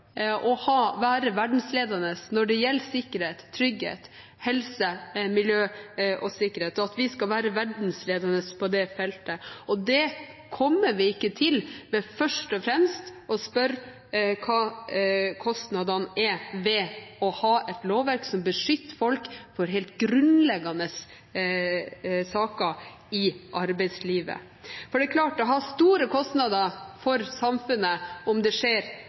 å være verdensledende når det gjelder trygghet, helse, miljø og sikkerhet – at vi skal være verdensledende på det feltet – og dit kommer vi ikke ved først og fremst å spørre om hva kostnadene er ved å ha et lovverk som beskytter folk i helt grunnleggende saker i arbeidslivet. For det er klart at det har store kostnader for samfunnet om det skjer